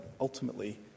ultimately